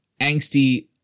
angsty